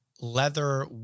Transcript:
leather